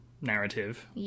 narrative